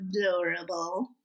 adorable